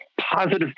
positive